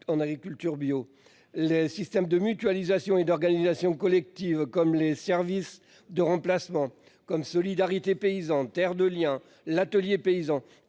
en agriculture bio. Le système de mutualisation et d'organisation collective comme les services de remplacement comme Solidarité paysans Terre de Liens l'atelier paysan